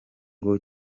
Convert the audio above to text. ngo